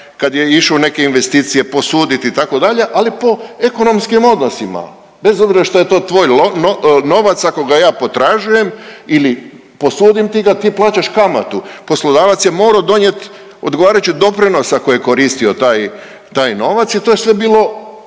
kad je išao u neke investicije, posuditi itd., ali po ekonomskim oglasima, bez obzira što je to tvoj novac, ako ga ja potražujem ili posudim, ti ga, ti plaćaš kamatu. Poslodavac je morao donijet odgovarajući doprinos ako je koristio taj, taj novac i to je sve bilo